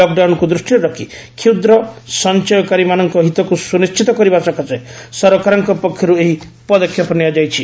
lock ଡାଉନକୁ ଦୃଷ୍ଟିରେ ରଖି କ୍ଷୁଦ୍ର ସଞ୍ଚୟ କାରୀମାନଙ୍କ ହିତକୁ ସୁନିଶ୍ଚିତ କରିବା ସକାଶେ ସରକାରଙ୍କ ପକ୍ଷରୁ ଏହି ପଦକ୍ଷେପ ନିଆଯାଇଛି